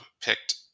picked